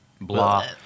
blah